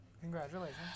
Congratulations